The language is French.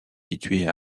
situé